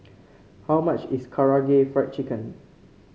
how much is Karaage Fried Chicken